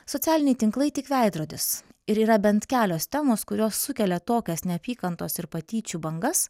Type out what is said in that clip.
socialiniai tinklai tik veidrodis ir yra bent kelios temos kurios sukelia tokias neapykantos ir patyčių bangas